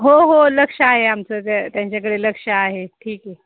हो हो लक्ष आहे आमचं त्या त्यांच्याकडे लक्ष आहे ठीक आहे